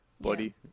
buddy